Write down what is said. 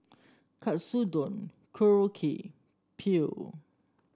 Katsudon Korokke Pho